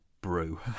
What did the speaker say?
brew